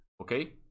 okay